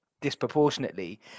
disproportionately